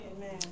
Amen